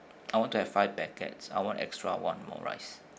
I want to have five packets I want extra one more rice